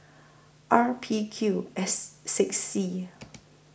R P Q S six C